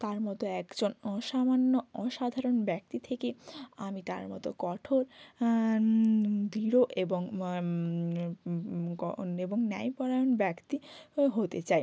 তার মতো একজন অসামান্য অসাধারণ ব্যক্তি থেকে আমি তার মতো কঠোর দৃঢ় এবং ক এবং ন্যায়পরায়ণ ব্যক্তি হতে চাই